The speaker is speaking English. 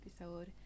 episode